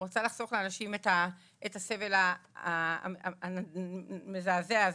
הוא רצה לחסוך לאנשים את הסבל המזעזע הזה.